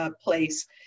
place